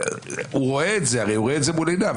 הוא רואה את זה מול עיניו.